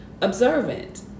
observant